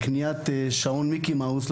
לקניית שעון מיקי מאוס,